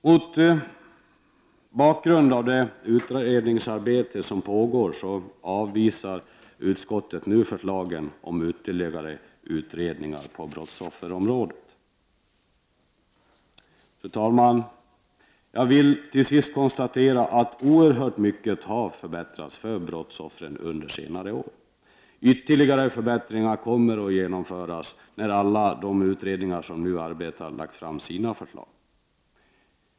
Mot bakgrund av det utredningsarbete som pågår avvisar utskottet nu förslagen om ytterligare utredningar på brottsofferområdet. Fru talman! Jag vill till sist konstatera att oerhört mycket har förbättrats för brottsoffren under senare år. Ytterligare förbättringar kommer att genomföras när alla de utredningar som nu arbetar har lagt fram sina förslag.